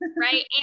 right